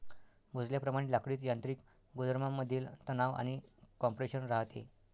मोजल्याप्रमाणे लाकडीत यांत्रिक गुणधर्मांमधील तणाव आणि कॉम्प्रेशन राहते